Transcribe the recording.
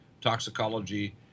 toxicology